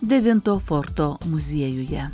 devinto forto muziejuje